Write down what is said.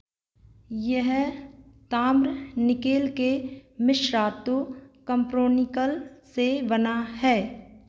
यह ताम्र निकैल के मिश्रातु कप्रोनिकल से बना है